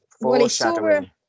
foreshadowing